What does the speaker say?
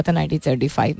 1935